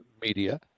media